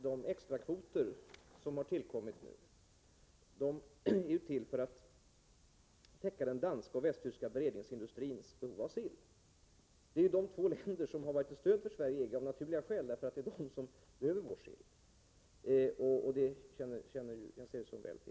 De extrakvoter som har tillkommit nu är till för att täcka den danska och västtyska förädlingsindustrins behov av sill. Danmark och Västtyskland är de två länder som har varit till stöd för Sverige i EG, av naturliga skäl därför att de behöver vår sill, och det känner Jens Eriksson väl till.